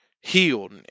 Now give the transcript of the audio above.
healed